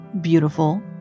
beautiful